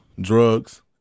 Drugs